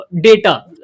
data